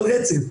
על רצף.